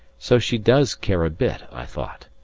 so she does care a bit, i thought.